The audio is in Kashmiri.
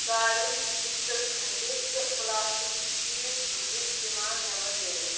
ژٲریُٚن شِشتٕر کھَنجہِ تہٕ پٕلاسٹِک چیٖز تہِ چھِ دِوان نٮ۪بَر دٲرِتھ